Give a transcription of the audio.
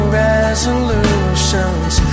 resolutions